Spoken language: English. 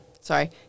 sorry